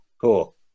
Cool